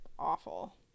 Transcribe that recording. Awful